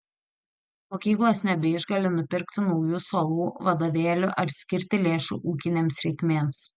mokyklos nebeišgali nupirkti naujų suolų vadovėlių ar skirti lėšų ūkinėms reikmėms